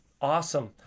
Awesome